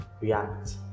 react